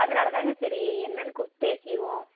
அதனால் தாங்க சரி என்னன்னு கூப்பிட்டு பேசிவிடுவோம்